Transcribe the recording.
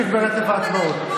נמשיך ברצף ההצבעות.